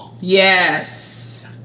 Yes